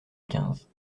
quinze